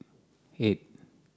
eight